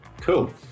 Cool